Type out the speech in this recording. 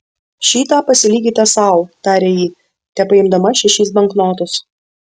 šitą pasilikite sau tarė ji tepaimdama šešis banknotus